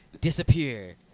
disappeared